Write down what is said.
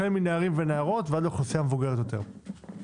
החל מנערים ונערות ועד לאוכלוסייה המבוגרת יותר.